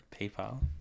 PayPal